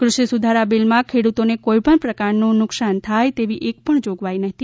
કૃષિ સુધારા બિલમાં ખેડૂતોને કોઇ પણ પ્રકારનું નુકશાન થાય તેવી એક પણ જોગવાઇ નથી